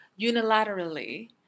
unilaterally